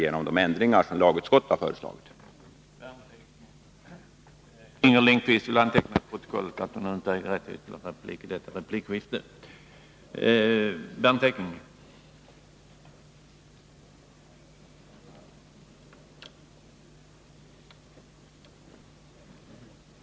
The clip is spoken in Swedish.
Genom de ändringar som lagutskottet har föreslagit får